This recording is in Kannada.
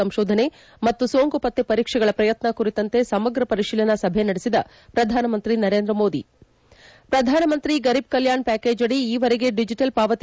ಸಂಶೋಧನೆ ಮತ್ತು ಸೋಂಕು ಪತ್ತೆ ಪರೀಕ್ಷೆಗಳ ಪ್ರಯತ್ನ ಕುರಿತಂತೆ ಸಮಗ ಪರಿಶೀಲನಾ ಸಭೆ ನಡೆಸಿದ ಪ್ರಧಾನಮಂತ್ರಿ ನರೇಂದ್ರ ಮೋದಿ ಪ್ರಧಾನಮಂತ್ರಿ ಗರೀಬ್ ಕಲ್ಯಾಣ ಪ್ಯಾಕೇಜ್ ಅಡಿ ಈವರೆಗೆ ಡಿಜಿಟಲ್ ಪಾವತಿ